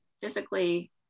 physically